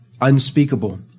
unspeakable